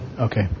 Okay